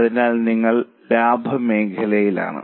അതിനാൽ നിങ്ങൾ ലാഭമേഖലയിലാണ്